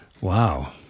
Wow